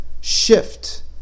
shift